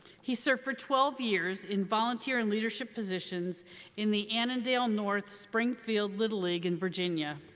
he served for twelve years in volunteer and leadership positions in the annandale-north springfield little league in virginia,